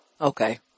Okay